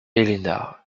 elena